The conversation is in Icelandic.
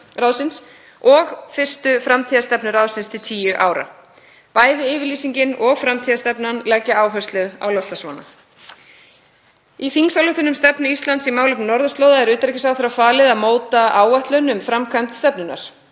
og fyrstu framtíðarstefnu ráðsins til tíu ára. Bæði yfirlýsingin og framtíðarstefnan leggja áherslu á loftslagsvána. Í þingsályktun, um stefnu Íslands í málefnum norðurslóða, er utanríkisráðherra falið að móta áætlun um framkvæmd stefnunnar.